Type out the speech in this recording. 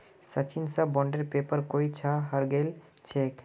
सचिन स बॉन्डेर पेपर कोई छा हरई गेल छेक